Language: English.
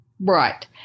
Right